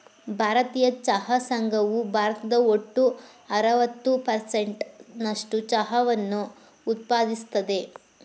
ಭಾರತೀಯ ಚಹಾ ಸಂಘವು ಭಾರತದ ಒಟ್ಟು ಅರವತ್ತು ಪರ್ಸೆಂಟ್ ನಸ್ಟು ಚಹಾವನ್ನ ಉತ್ಪಾದಿಸ್ತದೆ